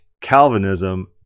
Calvinism